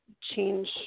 change